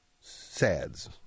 Sads